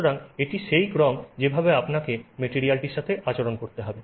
সুতরাং এটি সেই ক্রম যেভাবে আপনাকে মেটেরিয়ালটির সাথে আচরণ করতে হবে